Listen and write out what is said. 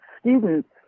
students